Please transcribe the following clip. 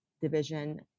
division